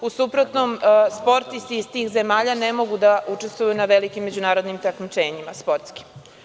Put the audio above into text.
U suprotnom sportisti iz tih zemalja ne mogu da učestvuju na velikim međunarodnim takmičenjima sportskim.